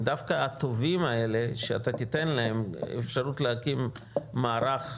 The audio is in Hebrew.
דווקא הטובים האלה שאתה תיתן להם אפשרות להקים מערך חד-רשותי,